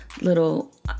little